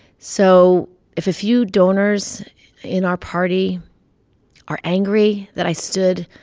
so if a few donors in our party are angry that i stood